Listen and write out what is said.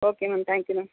okay ma'am thank you ma'am